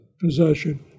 possession